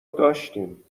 داشتیم